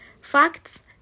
facts